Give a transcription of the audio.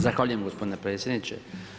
Zahvaljujem gospodine predsjedniče.